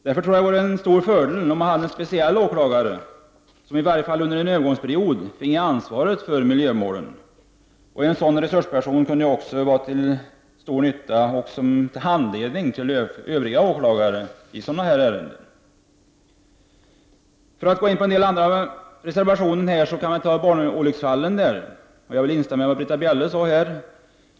Det vore därför en stor fördel att ha en speciell åklagare som, i varje fall under en övergångsperiod, finge ansvaret för miljömålen. En sådan person kunde också vara till stor nytta när det gäller att ge handledning till övriga åklagare i sådana här ärenden. Så över till en del andra reservationer. När det gäller barnolycksfallen vill jag instämma i vad Britta Bjelle sade.